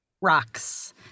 rocks